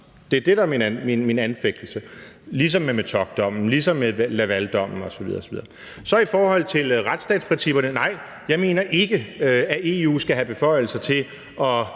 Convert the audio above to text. der er min anfægtelse, ligesom med Metockdommen og ligesom med Lavaldommen osv. osv. Så i forhold til retsstatsprincipperne: Jeg mener ikke, at EU skal have beføjelser til at